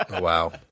wow